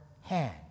hand